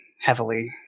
heavily